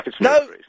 no